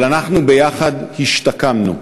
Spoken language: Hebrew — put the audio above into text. אבל אנחנו ביחד השתקמנו.